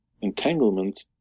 entanglement